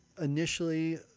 Initially